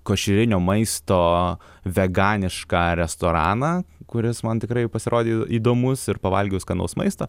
košerinio maisto veganišką restoraną kuris man tikrai pasirodė įdomus ir pavalgiau skanaus maisto